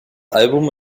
album